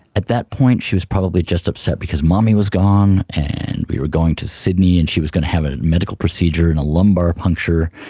at that point she was probably just upset because mommy was gone and we were going to sydney and she was going to have a medical procedure and a lumbar puncture.